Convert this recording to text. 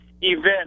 event